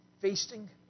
feasting